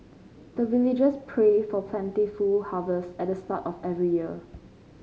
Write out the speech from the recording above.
the villagers pray for plentiful harvest at the start of every year